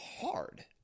hard